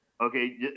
Okay